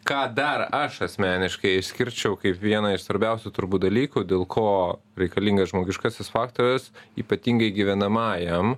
ką dar aš asmeniškai išskirčiau kaip vieną iš svarbiausių turbūt dalykų dėl ko reikalingas žmogiškasis faktorius ypatingai gyvenamajam